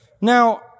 Now